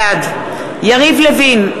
בעד יריב לוין,